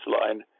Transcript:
line